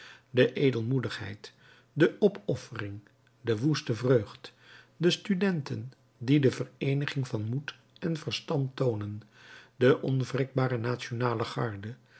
de edelmoedigheid de opoffering de woeste vreugd de studenten die de vereeniging van moed en verstand toonen de onwrikbare nationale garde